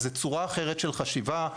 זו צורה אחרת של חשיבה,